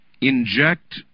inject